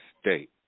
state